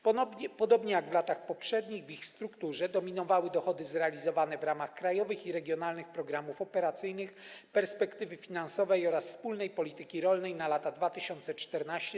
Podobnie jak w latach poprzednich w ich strukturze dominowały dochody zrealizowane w ramach krajowych i regionalnych programów operacyjnych, perspektywy finansowej oraz wspólnej polityki rolnej na lata 2014–2020.